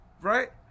Right